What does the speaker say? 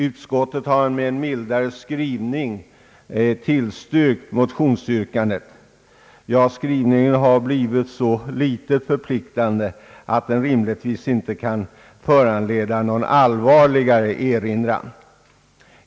Utskottet har med en mildare skrivning tillstyrkt motionsyrkandet — ja, skrivningen har blivit så litet förpliktande att den rimligtvis inte kan föranleda någon allvarligare erinran.